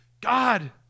God